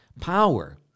power